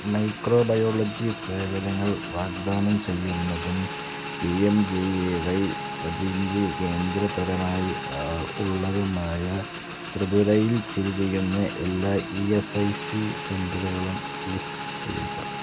microbiology സേവനങ്ങൾ വാഗ്ദാനം ചെയ്യുന്നതും P M J A Y അതിൻ്റെ കേന്ദ്ര തരമായി ഉള്ളതുമായ ത്രിപുരയിൽ സ്ഥിതി ചെയ്യുന്ന എല്ലാ ഇ എസ് ഐ സി സെന്റെറുകളും ലിസ്റ്റു ചെയ്യുക